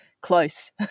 close